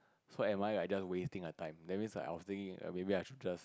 so am I like just wasting her time that means like I was thinking maybe I should just